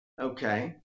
Okay